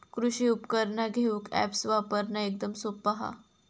कृषि उपकरणा घेऊक अॅप्स वापरना एकदम सोप्पा हा